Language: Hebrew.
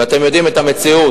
ואתם יודעים את המציאות,